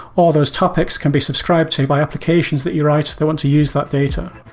all those topics can be subscribed to by applications that you write that want to use that data